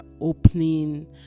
opening